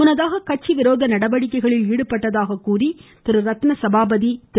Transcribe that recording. முன்னதாக கட்சி விரோத நடவடிக்கைகளில் ஈடுபட்டதாக கூறி திரு ரத்தின சபாபதி திரு